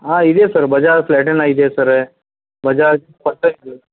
ಹಾಂ ಇದೆ sir Bajaj platina ಇದೆ ಸರ ಬಜಾಜ್ ಪಲ್ಸರ್ ಇದೆ